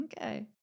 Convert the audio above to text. Okay